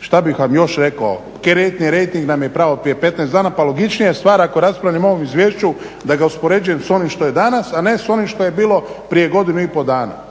Šta bih vam još rekao, kreditni rejting nam je pao prije 15 dana pa logičnija je stvar ako raspravljam o ovom izvješću da ga uspoređujem s onim što je danas, a ne s onim što je bilo prije godinu i pol dana.